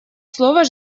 слово